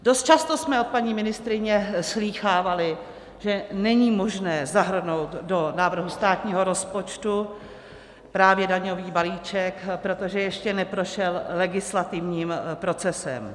Dost často jsme od paní ministryně slýchávali, že není možné zahrnout do návrhu státního rozpočtu právě daňový balíček, protože ještě neprošel legislativním procesem.